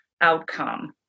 outcome